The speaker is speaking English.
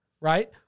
Right